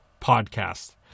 podcast